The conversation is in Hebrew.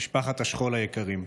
משפחות השכול היקרות,